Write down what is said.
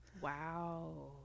Wow